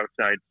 outside